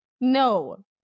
No